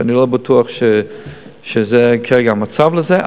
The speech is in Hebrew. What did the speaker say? ואני לא בטוח שכרגע זה המצב לזה.